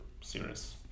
serious